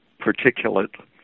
particulate